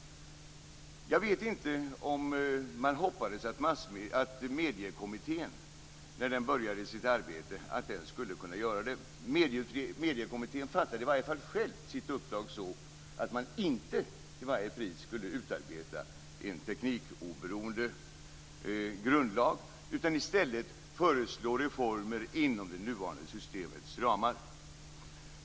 Jag vet inte om man hoppades att Mediekommittén skulle kunna göra det när den började sitt arbete. Mediekommittén förstod i alla fall sitt uppdrag som att man inte till varje pris skulle utarbeta en teknikoberoende grundlag, utan att man i stället skulle föreslå reformer inom det nuvarande systemets ramar.